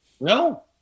No